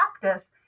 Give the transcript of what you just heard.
practice